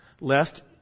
lest